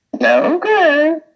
Okay